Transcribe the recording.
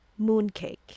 mooncake